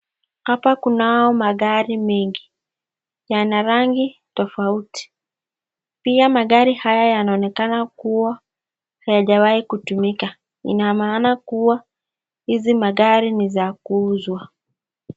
Hapa kunao magari mengi, yana rangi tofauti. Pia magari haya yanaonekana kuwa hayajawai kutumika. Ina maana kuwa hizi magari ni za kuuzwa.